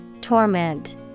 Torment